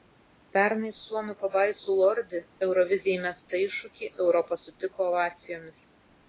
pernai suomių pabaisų lordi eurovizijai mestą iššūkį europa sutiko ovacijomis